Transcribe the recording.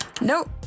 Nope